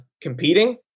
competing